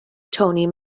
tony